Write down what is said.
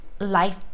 life